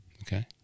Okay